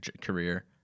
career